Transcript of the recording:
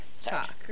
talk